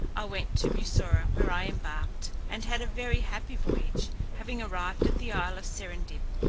i went to bussorah, where i embarked, and had a very happy voyage. having arrived at the isle of serendib,